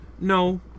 no